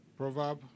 Proverb